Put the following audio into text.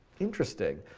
interesting.